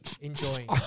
enjoying